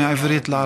מעברית לערבית.